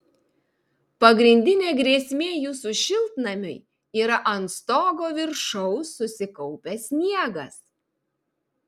pagrindinė grėsmė jūsų šiltnamiui yra ant stogo viršaus susikaupęs sniegas